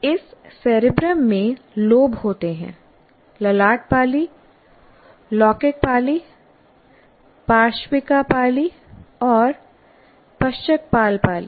इस सेरेब्रम में लोब होते हैं ललाट पालि लौकिक पालि पार्श्विका पालि और पश्चकपाल पालि